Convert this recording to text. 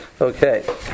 Okay